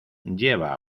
lleva